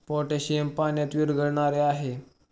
potassium पाण्यात विरघळणारे आहे